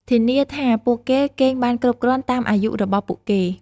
ធានាថាពួកគេគេងបានគ្រប់គ្រាន់តាមអាយុរបស់ពួកគេ។